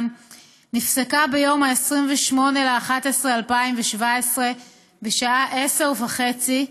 נפסקה ביום 28 בנובמבר 2017 בשעה 10:30,